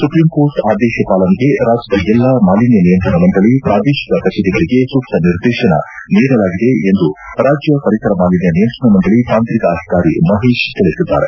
supreme court ಆದೇಶ ಪಾಲನೆಗೆ ರಾಜ್ಯದ ಎಲ್ಲಾ ಮಾಲಿನ್ಯ ನಿಯಂತ್ರಣ ಮಂಡಳಿ ಪ್ರಾದೇಶಿಕ ಕಚೇರಿಗಳಿಗೆ ಸೂಕ್ತ ನಿರ್ದೇಶನ ನೀಡಲಾಗಿದೆ ಎಂದು ರಾಜ್ಯ ಪರಿಸರ ಮಾಲಿನ್ಯ ನಿಯಂತ್ರಣ ಮಂಡಳಿ ತಾಂತ್ರಿಕ ಅಧಿಕಾರಿ ಮಹೇಶ್ ತಿಳಿಸಿದ್ದಾರೆ